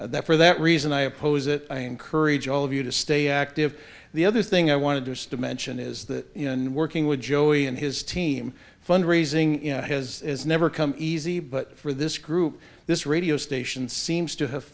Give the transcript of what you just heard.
that for that reason i oppose it i encourage all of you to stay active the other thing i want to do is to mention is that in working with joey and his team fund raising has never come easy but for this group this radio station seems to have